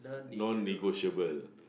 non-negotiable